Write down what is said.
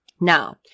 Now